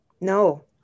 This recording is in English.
no